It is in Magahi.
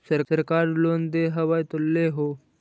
सरकार लोन दे हबै तो ले हो?